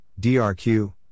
DRQ